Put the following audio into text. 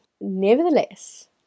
Nevertheless